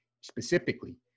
specifically